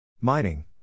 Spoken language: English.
Mining